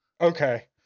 Okay